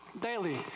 daily